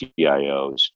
CIOs